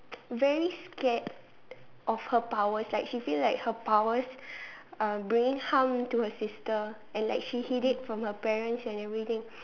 very scared of her powers like she feel like her powers uh bring harm to her sister and like she hid it from her parents and everything